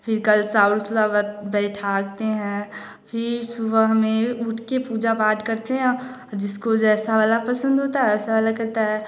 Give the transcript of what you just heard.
फ़िर कल सौल्स लोवर बिठाते हैं फ़िर सुबह में उठकर पूजा पाठ करते हैं जिसको जैसा वाला पसंद होता है वैसा वाला करता हैं